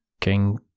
King